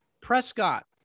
Prescott